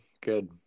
Good